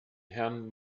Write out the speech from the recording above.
herrn